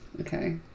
Okay